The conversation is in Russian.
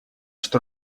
что